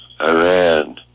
Iran